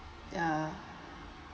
ya